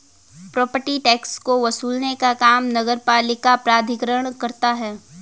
property tax को वसूलने का काम नगरपालिका प्राधिकरण करता है